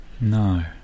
No